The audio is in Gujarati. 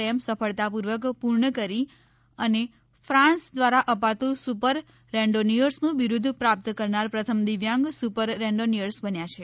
એમ સફળતા પૂર્વક પૂર્ણ કરી અને ફાન્સ દ્વારા અપાતુ સુપર રેન્ડોનિયર્સનું બિરુદ પ્રાપ્ત કરનાર પ્રથમ દિવ્યાંગ સુપર રેન્ડોનિયર્સ બન્યા છે